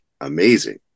amazing